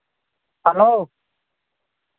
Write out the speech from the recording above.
hello